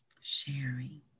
Sharing